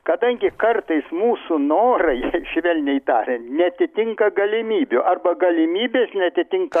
kadangi kartais mūsų norai švelniai tariant neatitinka galimybių arba galimybės neatitinka